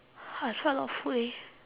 I tried a lot of food eh